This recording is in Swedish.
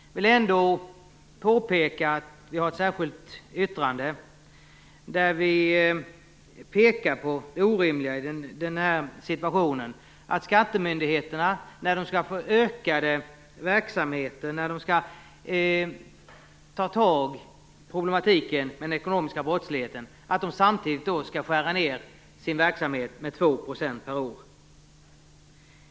Jag vill ändå påpeka att vi har ett särskilt yttrande där vi pekar på det orimliga i förhållandet att skattemyndigheterna skall skära ned sin verksamhet med 2 % per år samtidigt som de skall få utökade verksamheter och kunna ta tag i problematiken med den ekonomiska brottsligheten.